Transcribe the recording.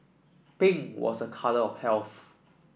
pink was a colour of health